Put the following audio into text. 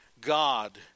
god